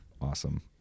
awesome